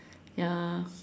ya